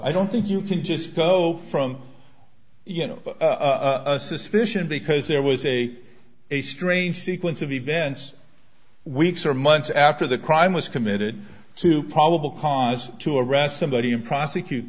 i don't think you can just go from you know suspicion because there was a a strange sequence of events weeks or months after the crime was committed to probable cause to arrest somebody and rossley cute